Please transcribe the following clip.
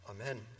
Amen